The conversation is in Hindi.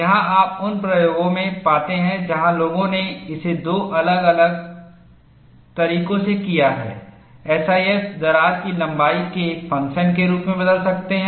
यहां आप उन प्रयोगों में पाते हैं जहां लोगों ने इसे दो अलग अलग तरीकों से किया है एसआईएफ दरार की लंबाई के एक फंक्शन के रूप में बदल सकते हैं